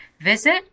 visit